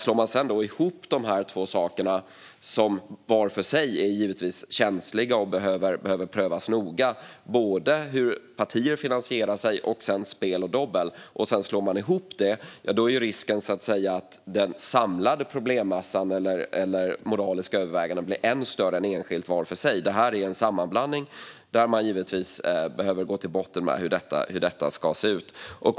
Slår man ihop partifinansiering och spel och dobbel, som var för sig är känsliga och behöver prövas noga, är risken att den samlade problemmassan eller de moraliska övervägandena blir ännu större. Då behöver man givetvis gå till botten med hur detta ska se ut.